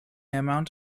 amount